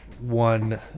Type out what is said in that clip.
one